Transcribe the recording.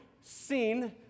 seen